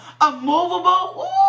immovable